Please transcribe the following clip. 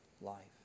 life